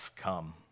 come